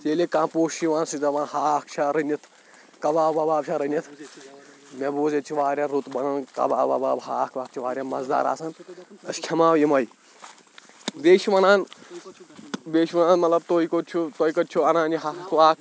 ییٚلہِ کانٛہہ پوٚژھ چھ یِوان سُہ چھِ دَپَان ہاکھ چھا رٔنِتھ کَباب وَباب چھا رٔنِتھ مےٚ بوٗز ییٚتہِ چھِ واریاہ رُت بَنان کَباب وَباب ہاکھ واکھ چھِ واریاہ مَزٕدار آسَان أسۍ کھٮ۪مہو یِمٕے بیٚیہِ چھِ وَنان بیٚیہِ چھِ وَنان مطلب تُہۍ کوٚت چھُ تۄہہِ کَتہِ چھُ اَنان یہِ ہاکھ واکھ